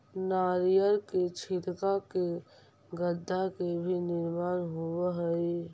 नारियर के छिलका से गद्दा के भी निर्माण होवऽ हई